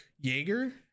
Jaeger